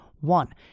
one